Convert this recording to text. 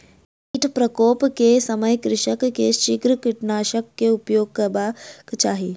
कीट प्रकोप के समय कृषक के शीघ्र कीटनाशकक उपयोग करबाक चाही